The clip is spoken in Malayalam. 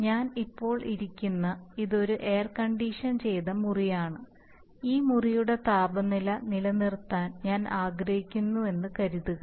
ഞാൻ ഇപ്പോൾ ഇരിക്കുന്ന ഇത് ഒരു എയർ കണ്ടീഷൻ ചെയ്ത മുറിയാണ് ഈ മുറിയുടെ താപനില നിലനിർത്താൻ ഞാൻ ആഗ്രഹിക്കുന്നുവെന്ന് കരുതുക